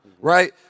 Right